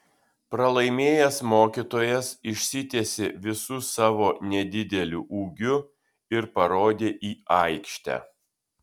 pralaimėjęs mokytojas išsitiesė visu savo nedideliu ūgiu ir parodė į aikštę